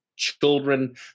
children